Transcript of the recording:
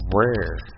rare